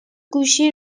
گوشی